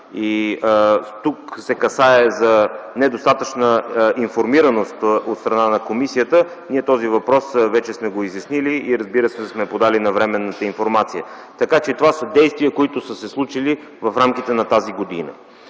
Тук се касае за недостатъчна информираност от страна на комисията. Този въпрос вече сме го изяснили и сме подали навременната информация, така че това са действия, които са се случили в рамките на тази година.